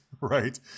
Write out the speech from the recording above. right